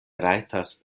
rajtas